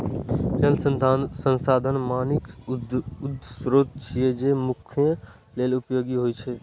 जल संसाधन पानिक ऊ स्रोत छियै, जे मनुक्ख लेल उपयोगी होइ